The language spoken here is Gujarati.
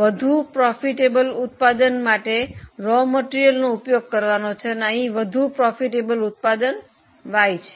વધુ નફાકારક ઉત્પાદન માટે કાચા માલનો ઉપયોગ કરવાનો છે અને અહીં વધુ નફાકારક ઉત્પાદન Y છે